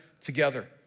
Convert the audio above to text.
together